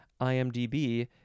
IMDb